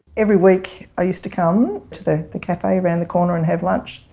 every week i used to come to the the cafe around the corner and have lunch,